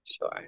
sure